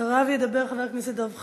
אחריו ידבר חבר הכנסת דב חנין,